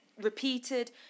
repeated